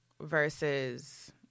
versus